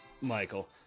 Michael